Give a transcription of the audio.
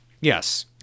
Yes